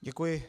Děkuji.